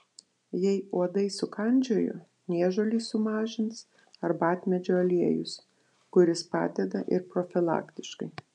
jei uodai sukandžiojo niežulį sumažins arbatmedžio aliejus kuris padeda ir profilaktiškai